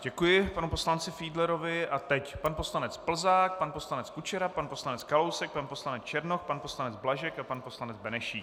Děkuji panu poslanci Fiedlerovi a teď pan poslanec Plzák, pan poslanec Kučera, pan poslanec Kalousek, pan poslanec Černoch, pan poslanec Blažek a pan poslanec Benešík.